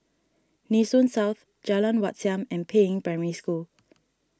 Nee Soon South Jalan Wat Siam and Peiying Primary School